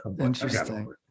Interesting